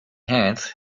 hands